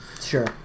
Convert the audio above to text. Sure